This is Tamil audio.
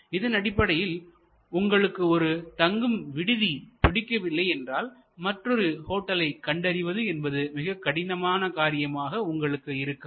இதனடிப்படையில் உங்களுக்கு ஒரு தங்கும் விடுதி பிடிக்கவில்லை என்றால் மற்றொரு மாற்று ஹோட்டலை கண்டறிவது என்பது மிக கடினமான காரியமாக உங்களுக்கு இருக்காது